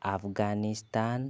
Afghanistan